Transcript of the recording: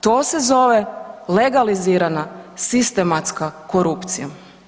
To se zove legalizirana, sistematska korupcija.